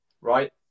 right